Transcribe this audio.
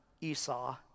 Esau